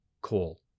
coal